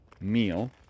meal